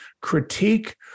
critique